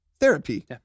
therapy